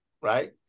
right